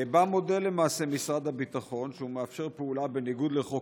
ובה מודה למעשה משרד הביטחון שהוא מאפשר פעולה בניגוד לחוק